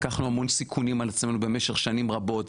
לקחנו המון סיכונים על עצמנו במשך שנים רבות,